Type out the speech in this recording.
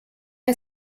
are